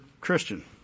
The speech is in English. Christian